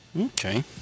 Okay